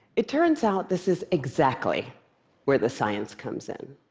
it turns out this is exactly where the science comes in.